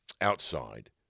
outside